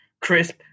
Crisp